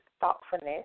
thoughtfulness